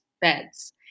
beds